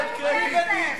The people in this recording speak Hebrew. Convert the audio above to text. לתת קרדיט.